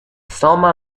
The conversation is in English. soma